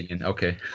Okay